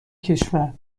کشور